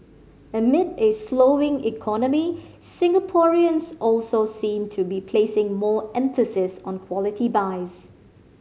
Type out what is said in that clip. amid a slowing economy Singaporeans also seem to be placing more emphasis on quality buys